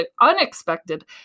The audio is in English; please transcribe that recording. unexpected